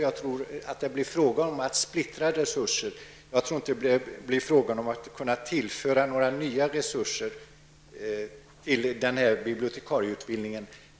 Jag tror att det då blir fråga om att splittra resurserna; jag tror inte att det blir fråga om att tillföra nya resurser till bibliotekarieutbildningen.